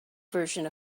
version